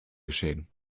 geschehen